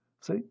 See